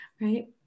right